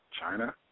China